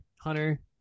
Hunter